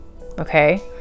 okay